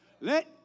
Let